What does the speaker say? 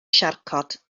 siarcod